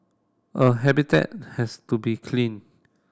a habitat has to be clean